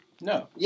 No